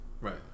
right